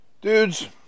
Dudes